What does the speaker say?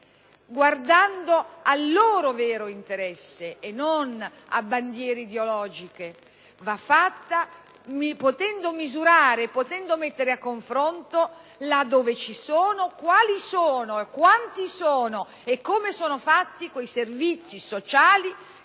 Guardando al loro vero interesse e non a bandiere ideologiche, va fatta misurando e mettendo a confronto, là dove ci sono (quali, quanti e come sono fatti), quei servizi sociali